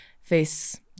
face